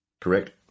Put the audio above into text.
correct